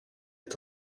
est